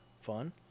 fun